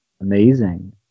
amazing